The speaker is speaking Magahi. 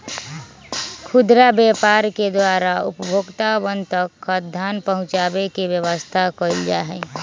खुदरा व्यापार के द्वारा उपभोक्तावन तक खाद्यान्न पहुंचावे के व्यवस्था कइल जाहई